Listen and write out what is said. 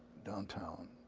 downtown.